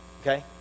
Okay